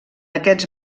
aquests